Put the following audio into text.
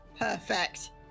Perfect